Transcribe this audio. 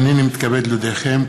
הינני מתכבד להודיעכם,